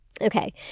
Okay